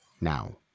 now